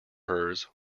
hers